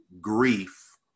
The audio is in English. grief